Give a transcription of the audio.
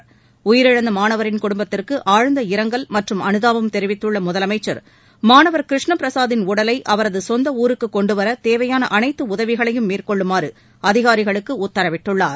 முதலமைச்சர் உயிரிழந்த மாணவரின் குடும்பத்திற்கு ஆழ்ந்த இரங்கல் மற்றும் அனுதாபம் தெரிவித்துள்ள முதலமைச்சர் மாணவர் கிருஷ்ண பிரசாத்தின் உடலை அவரது சொந்த ஊருக்கு கொண்டுவர தேவையான அனதைது உதவிகளையும் மேற்கொள்ளுமாறு அதிகாரிகளுக்கு உத்தரவிட்டுள்ளார்